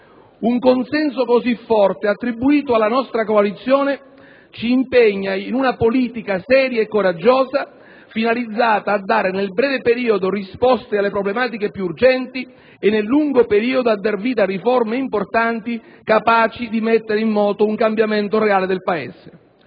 Un consenso così forte attribuito alla nostra coalizione ci impegna in una politica seria e coraggiosa finalizzata, nel breve periodo, a dare risposte alle problematiche più urgenti e, nel lungo periodo, a dar vita a riforme importanti capaci di mettere in moto un cambiamento reale del Paese.